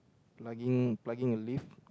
plugging a leaf